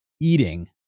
eating